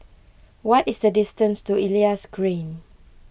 what is the distance to Elias Green